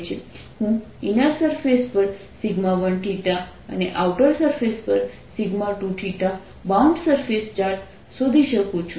હું inner surface પર 1 અને આઉટર સરફેસ પર 2 બાઉન્ડ સરફેસ ચાર્જ શોધી શકું છું